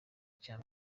cya